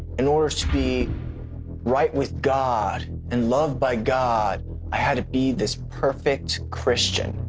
in order to be right with god and loved by god, i had to be this perfect christian.